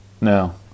no